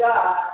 God